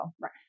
Right